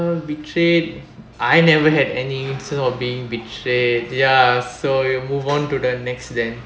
betrayed I never had any incident of being betrayed ya so you move on to the next then